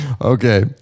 Okay